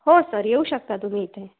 हो सर येऊ शकता तुम्ही इथे